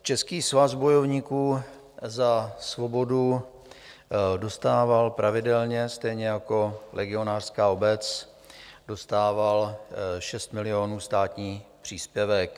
Český svaz bojovníků za svobodu dostával pravidelně, stejně jako legionářská obec, 6 milionů státní příspěvek.